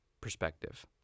perspective